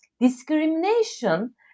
discrimination